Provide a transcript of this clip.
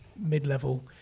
mid-level